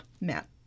Matt